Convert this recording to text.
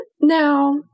Now